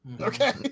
okay